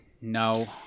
no